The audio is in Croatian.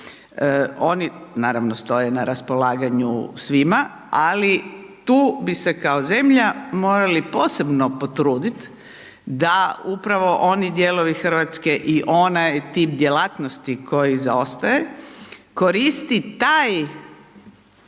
Oni naravno stoje na raspolaganju svima ali tu bi se kao zemlja morali posebno potrudit da upravo oni dijelovi Hrvatske i onaj tip djelatnosti koji zaostaje, koristi taj